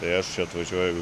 tai aš čia atvažiuoju